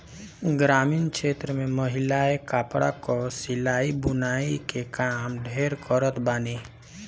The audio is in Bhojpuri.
ग्रामीण क्षेत्र में महिलायें कपड़ा कअ सिलाई बुनाई के काम ढेर करत बानी